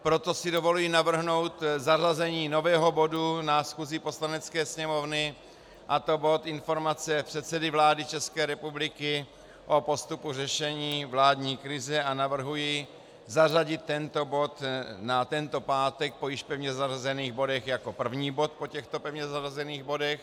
Proto si dovoluji navrhnout zařazení nového bodu na schůzi Poslanecké sněmovny, a to bod Informace předsedy vlády České republiky o postupu řešení vládní krize, a navrhuji zařadit tento bod na tento pátek po již pevně zařazených bodech jako první bod po těchto pevně zařazených bodech.